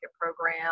program